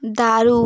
দারুণ